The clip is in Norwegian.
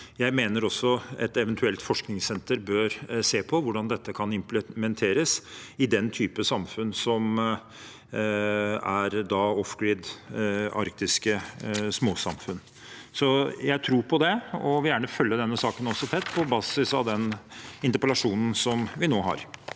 jeg mener også et eventuelt forskningssenter bør se på – hvordan dette kan implementeres i samfunn som arktiske «off-grid» småsamfunn. Jeg tror på det og vil gjerne følge denne saken tett på basis av den interpellasjonen vi nå har.